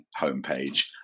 homepage